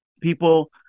People